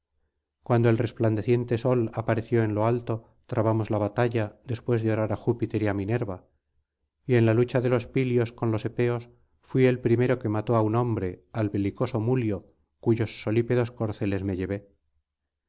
cuando el resplandeciente sol apareció en lo alto trabamos la batalla después de orar á júpiter y á minerva y en la lucha de los pilios con los epeos fui el primero que mató á un hombre al belicoso mulio cuyos solípedos corceles me llevé